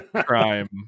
crime